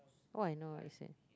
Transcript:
how I know what is it